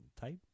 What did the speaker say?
type